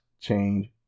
change